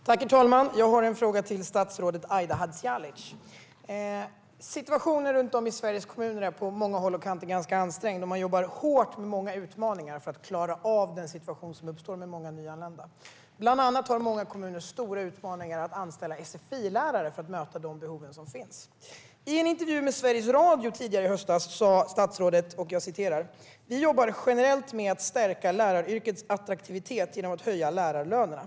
Herr talman! Jag har en fråga till statsrådet Aida Hadzialic. Situationen runt om i Sveriges kommuner är på många håll och kanter ganska ansträngd, och man jobbar hårt med många utmaningar för att klara av den situation som uppstår med många nyanlända. Bland annat har många kommuner stora utmaningar i att anställa sfi-lärare för att möta de behov som finns. I en intervju med Sveriges Radio tidigare i höstas sa statsrådet: "Vi jobbar generellt med att stärka läraryrkets attraktivitet genom att höja lärarlönerna".